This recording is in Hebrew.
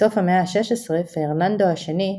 בסוף המאה ה-16 פרננדו השני,